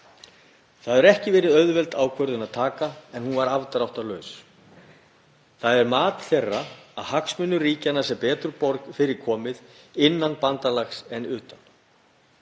Það hefur ekki verið auðveld ákvörðun að taka en hún var afdráttarlaus. Það er mat þessara ríkja að hagsmunum þeirra sé betur fyrir komið innan bandalags en utan.